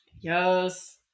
Yes